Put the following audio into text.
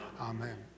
Amen